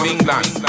England